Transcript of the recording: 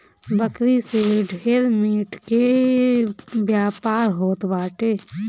बकरी से ढेर मीट के व्यापार होत बाटे